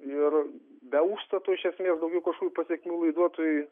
ir be užstato iš esmės daugiau kažkokių pasekmių laiduotojui